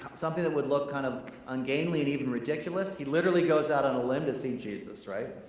something that would look kind of ungainly and even ridiculous, he literally goes out on a limb to see jesus, right?